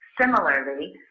Similarly